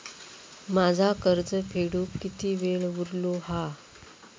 माझा कर्ज फेडुक किती वेळ उरलो हा?